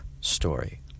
story